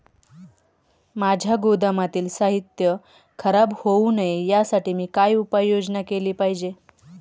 माझ्या गोदामातील साहित्य खराब होऊ नये यासाठी मी काय उपाय योजना केली पाहिजे?